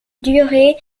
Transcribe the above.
durer